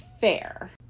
fair